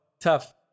tough